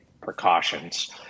precautions